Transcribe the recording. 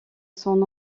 son